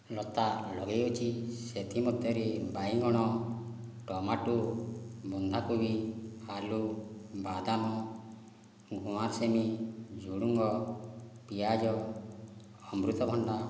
ଲତା ଲଗାଇଅଛି ସେଥିମଧ୍ୟରେ ବାଇଗଣ ଟମାଟୋ ବନ୍ଧାକୋବି ଆଳୁ ବାଦାମ ଘୁଆଁସିନି ଝୁଡ଼ଙ୍ଗ ପିଆଜ ଅମୃତଭଣ୍ଡା